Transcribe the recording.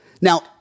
Now